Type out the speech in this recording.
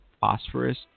phosphorus